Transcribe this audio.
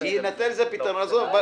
יינתן לזה פתרון, עזוב.